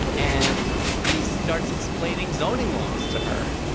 and he starts explaining zoning laws to her.